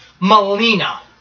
Melina